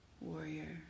warrior